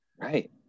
Right